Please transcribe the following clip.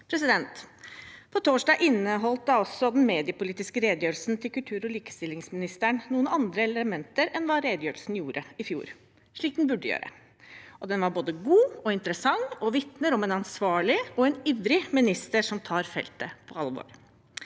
På torsdag inneholdt altså den mediepolitiske redegjørelsen til kultur- og likestillingsministeren noen andre elementer enn det redegjørelsen gjorde i fjor, slik den burde gjøre. Den var både god og interessant, og den vitner om en ansvarlig og ivrig minister som tar feltet på alvor.